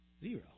zero